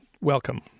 welcome